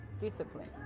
discipline